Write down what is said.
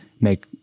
make